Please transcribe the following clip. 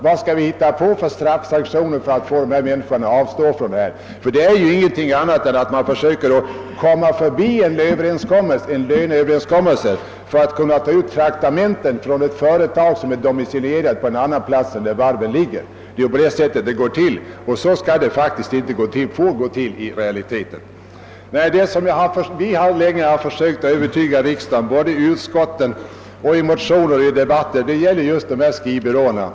Vilka straffsanktioner skall vi hitta på för att få dessa människor att avstå från sådan verksamhet? Den innebär ju ingenting annat än att de försöker komma förbi en löneöverenskommelse för att kunna ta ut traktamenten från ett företag som är domicilierat på annan plats än där varven ligger. Det är ju på det sättet som det går till, och det får det faktiskt inte göra. Vi har länge försökt övertyga riksdagen, både i utskotten, i motioner och debatter, om att förhållandena är annorlunda för skrivbyråerna.